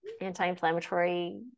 anti-inflammatory